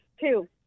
two